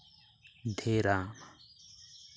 ᱰᱷᱮᱨ ᱟ